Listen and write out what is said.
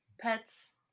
pets